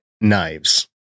knives